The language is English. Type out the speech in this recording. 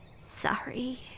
Sorry